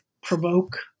provoke